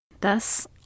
Thus